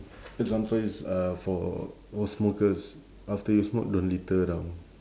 example is uh for for smokers after you smoke don't litter around